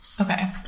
Okay